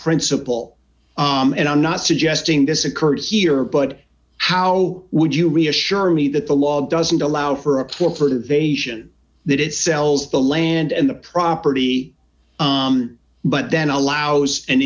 principle and i'm not suggesting this occurred here but how would you reassure me that the law doesn't allow for a poor for the vacation that it sells the land and the property but then allows an